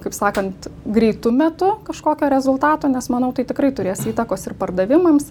kaip sakant greitu metu kažkokio rezultato nes manau tai tikrai turės įtakos ir pardavimams